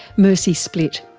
mercy splitt,